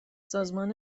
سازمان